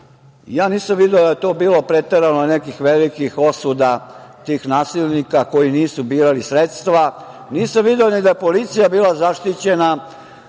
nisam video da je tu bilo preterano nekih velikih osuda tih nasilnika koji nisu birali sredstva. Nisam video ni da je policija bila zaštićena